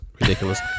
ridiculous